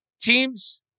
Teams